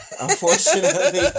unfortunately